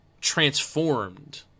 transformed –